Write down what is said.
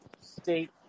state